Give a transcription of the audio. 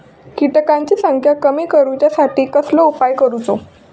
किटकांची संख्या कमी करुच्यासाठी कसलो उपाय करूचो?